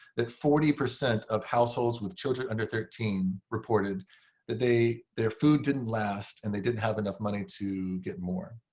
that forty percent of households with children under thirteen reported that their their food didn't last and they didn't have enough money to get more.